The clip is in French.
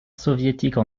soviétique